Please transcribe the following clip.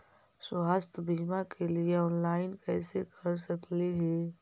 स्वास्थ्य बीमा के लिए ऑनलाइन कैसे कर सकली ही?